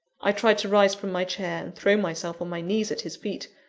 i tried to rise from my chair, and throw myself on my knees at his feet.